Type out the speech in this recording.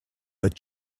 that